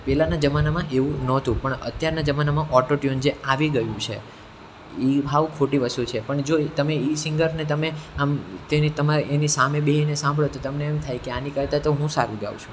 પહેલાંના જમાનામાં એવું નહોતું પણ અત્યારના જમાનામાં ઓટો ટ્યુન જે આવી ગયું છે એ સાવ ખોટી વસ્તુ છે પણ જો એ તમે ઈ સિંગરને તમે આમ તેની તમારે એની સામે બેસીને સાંભળો તો તમને એમ થાય કે આની કરતાં તો હું શું સારું ગાઉં છું